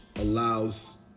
allows